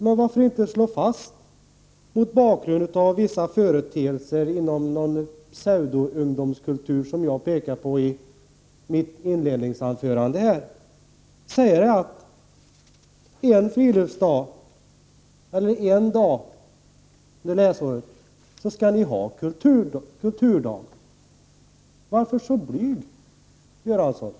Men varför då inte — mot bakgrunden av vissa företeelser inom den pseudoungdomskultur som jag pekade på i mitt anförande — säga att en dag under läsåret skall vara kulturdag? Varför vara så blygsam?